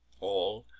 all,